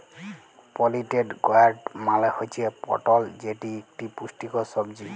পলিটেড গয়ার্ড মালে হুচ্যে পটল যেটি ইকটি পুষ্টিকর সবজি